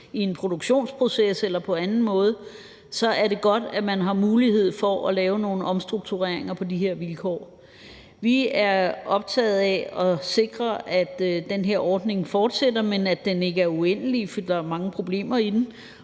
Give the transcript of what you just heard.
i en produktionsproces eller på anden måde, er det godt, at man har mulighed for at lave nogle omstruktureringer på de her vilkår. Vi er optaget af at sikre, at den her ordning fortsætter, men at den ikke er uendelig, fordi der er mange problemer i den,